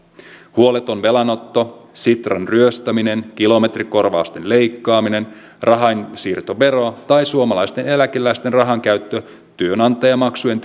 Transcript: huoleton velanotto sitran ryöstäminen kilometrikorvausten leikkaaminen rahainsiirtovero ja suomalaisten eläkeläisten rahan käyttö työnantajamaksujen